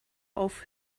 auf